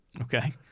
Okay